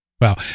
wow